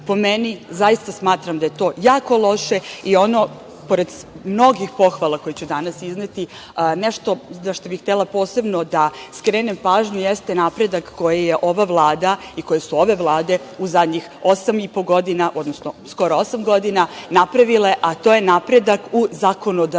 meni, zaista smatram da je to jako loše i pored mnogih pohvala koje ću danas izneti, nešto na šta bih htela posebno da skrenem pažnju, jeste napredak koji je ova Vlada i koje su ove vlade u zadnjih osam i po godina, odnosno skoro osam godina napravile, a to je napredak u zakonodavnom